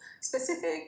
specific